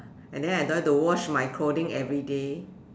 and then I don't want to wash my clothing everyday